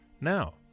Now